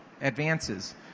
advances